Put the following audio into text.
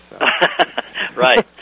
Right